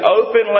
openly